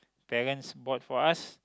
parents bought for us